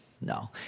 No